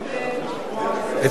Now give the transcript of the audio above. לא.